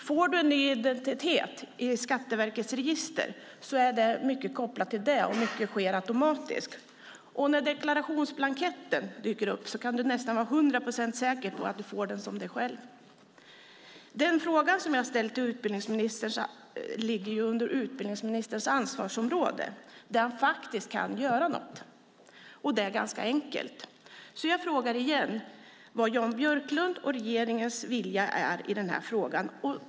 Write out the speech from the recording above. Får du en ny identitet i Skatteverkets register är mycket kopplat till det, och mycket sker automatiskt. När deklarationsblanketten dyker upp kan du nästan vara hundra procent säker på att du får den som dig själv. Den fråga som jag har ställt till utbildningsministern ligger ju under utbildningsministerns ansvarsområde där han faktiskt kan göra något, och det är ganska enkelt. Jag frågar igen: Vad är Jan Björklunds och regeringens vilja i den här frågan?